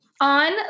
On